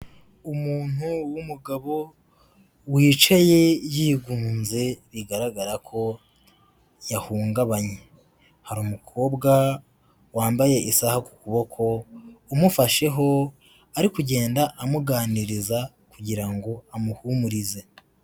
umuntu wumugabo wicaye yigunze bigaragara ko yahungabanye harumu umukobwa wambaye isaha ku kuboko umufasheho ari kugenda amuganiriza kugira ngo amuhumurize